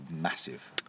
massive